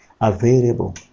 available